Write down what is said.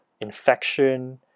infection